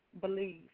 Believe